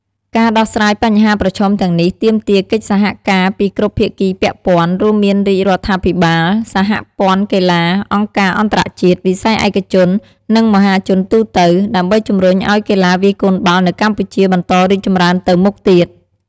ការដោះស្រាយបញ្ហាប្រឈមទាំងនេះទាមទារនូវកិច្ចសហការពីគ្រប់ភាគីពាក់ព័ន្ធ រួមមានរាជរដ្ឋាភិបាល សហព័ន្ធកីឡា អង្គការអន្តរជាតិ វិស័យឯកជន និងមហាជនទូទៅ ដើម្បីជំរុញឱ្យកីឡាវាយកូនបាល់នៅកម្ពុជាបន្តរីកចម្រើនទៅមុខទៀត។